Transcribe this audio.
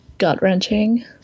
gut-wrenching